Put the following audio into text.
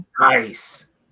Nice